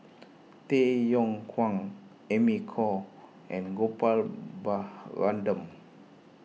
Tay Yong Kwang Amy Khor and Gopal Baratham